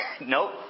Nope